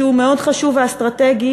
שהוא מאוד חשוב ואסטרטגי,